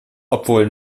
obwohl